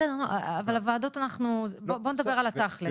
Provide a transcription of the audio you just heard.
בסדר, אבל בוא נדבר על התכלס.